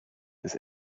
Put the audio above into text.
das